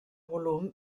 volum